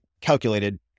calculated